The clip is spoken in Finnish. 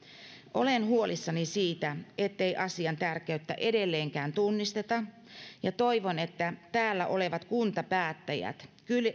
olen huolissani siitä ettei asian tärkeyttä edelleenkään tunnisteta ja toivon että te täällä olevat kuntapäättäjät